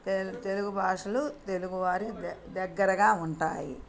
తెలుగు భాషలు తెలుగువారి దగ్గరగా ఉంటాయి